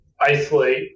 isolate